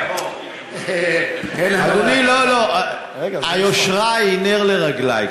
בוא, אדוני, לא, לא, רגע, היושרה היא נר לרגלי.